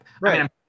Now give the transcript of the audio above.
Right